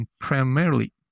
primarily